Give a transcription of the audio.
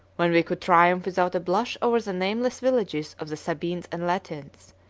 when we could triumph without a blush over the nameless villages of the sabines and latins,